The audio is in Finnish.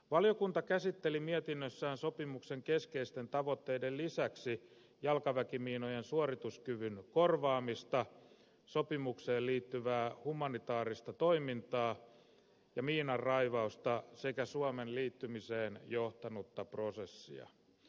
valiokunta käsitteli mietinnössään sopimuksen keskeisten tavoitteiden lisäksi jalkaväkimiinojen suorituskyvyn korvaamista sopimukseen liittyvää humanitaarista toimintaa ja miinanraivausta sekä suomen liittymiseen johtanutta prosessia